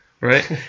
right